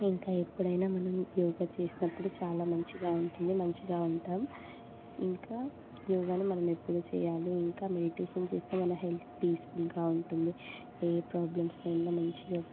ఇంకా ఎప్పుడైనా మనం యోగా చేసినప్పుడు చాలా మంచిగా ఉంటుంది మంచిగా ఉంటాం ఇంకా యోగాని మనమెప్పుడు చేయాలి ఇంకా మెడిటేషన్ చేస్తే మన హెల్త్ పీస్ఫుల్గా ఉంటుంది ఏ ప్రాబ్లమ్స్ అయిన మంచిగా